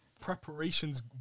preparations